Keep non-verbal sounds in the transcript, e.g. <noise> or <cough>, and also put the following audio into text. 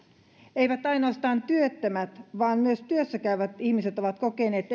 eivät ainoastaan työttömät vaan myös työssä käyvät ihmiset ovat kokeneet <unintelligible>